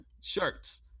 shirts